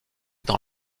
dans